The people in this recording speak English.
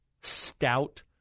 stout